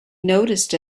noticed